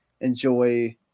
enjoy